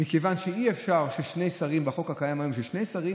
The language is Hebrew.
ומכיוון שאי-אפשר בחוק הקיים היום ששני שרים